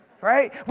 right